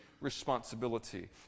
responsibility